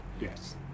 Yes